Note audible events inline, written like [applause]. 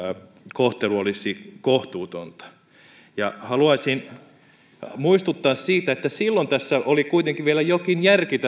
kohtelu olisi ollut kohtuutonta haluaisin muistuttaa siitä että silloin tässä kiinteistöveroasiassa oli kuitenkin vielä jokin järki [unintelligible]